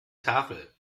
tafel